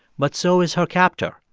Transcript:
but so is her captor,